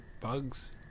bugs